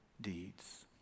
deeds